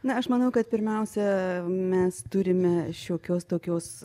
na aš manau kad pirmiausia mes turime šiokios tokios